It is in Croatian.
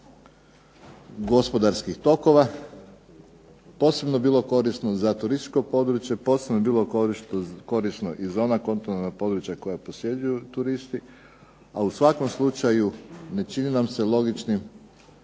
gospodarskih tokova, posebno bi bilo korisno za turističko područje, posebno bi bilo korisno i za ona kontrolna područja koja posjećuju turisti, a u svakom slučaju ne čini nam se logičnim